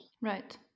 Right